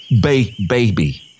baby